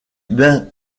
ben